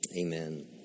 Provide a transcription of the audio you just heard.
Amen